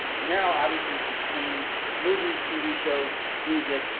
and now, obviously, you can stream movies, tv shows, music,